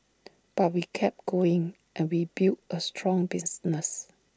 but we kept going and we built A strong business